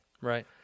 Right